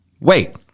wait